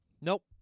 Nope